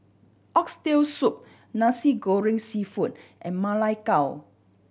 Oxtail Soup Nasi Goreng Seafood and Ma Lai Gao